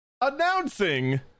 announcing